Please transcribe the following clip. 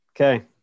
Okay